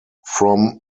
from